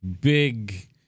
big